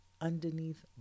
underneath